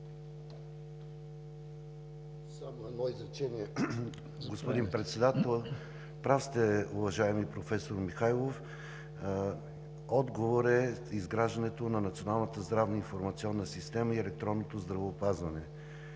едно изречение, господин Председател. Прав сте, уважаеми професор Михайлов. Отговорът е в изграждането на Националната здравна информационна система и електронното здравеопазване.